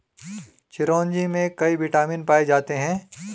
चिरोंजी में कई विटामिन पाए जाते हैं